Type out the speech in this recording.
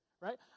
Right